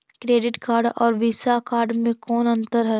Credit card और Visa card मे कौन अन्तर है?